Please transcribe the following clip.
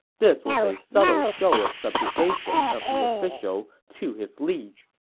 this was a subtle show of subjugation of the official to his liege.